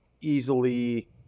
easily